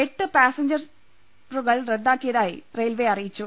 എട്ട് പാസഞ്ചറുകൾ റദ്ദാക്കിയതായി റെയിൽവെ അറിയിച്ചു